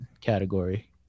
category